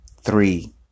three